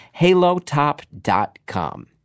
halotop.com